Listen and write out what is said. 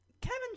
Kevin